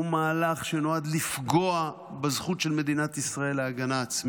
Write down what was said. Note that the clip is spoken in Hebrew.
הוא מהלך שנועד לפגוע בזכות של מדינת ישראל להגנה עצמית,